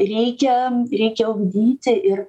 reikia reikia ugdyti ir